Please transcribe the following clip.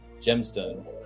gemstone